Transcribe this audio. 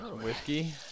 Whiskey